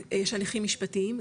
של הליכים משפטיים,